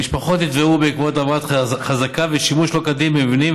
המשפחות נתבעו בעקבות העברת החזקה והשימוש שלא כדין במבנים,